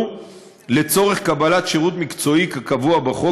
לצורך קבלת שירות מקצועי כקבוע בחוק,